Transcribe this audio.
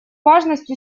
важность